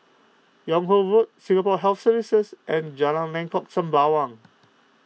Yung Ho Road Singapore Health Services and Jalan Lengkok Sembawang